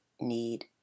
need